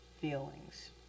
feelings